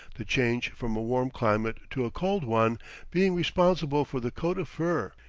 the change from a warm climate to a cold one being responsible for the coat of fur.